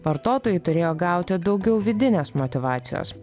vartotojai turėjo gauti daugiau vidinės motyvacijos